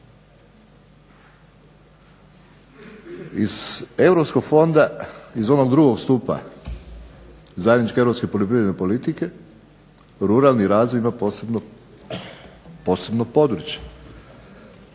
Iz Europskog fonda iz onog drugog stupa zajedničke europske poljoprivrede politike, ruralni razvoj ima posebno područje.